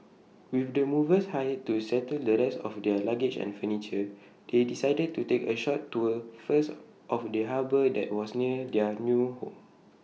with the movers hired to settle the rest of their luggage and furniture they decided to take A short tour first of the harbour that was near their new home